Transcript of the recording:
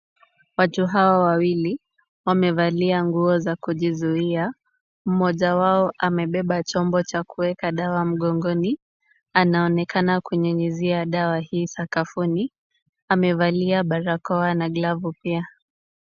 Watu hawa wawili wamevalia nguo za kujizuia. Mmoja wao amebeba chombo cha kueka dawa mgongoni. Anaonekana kunyunyuzia dawa hii sakafuni. Amevalia barakoa na glavu pia.